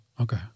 Okay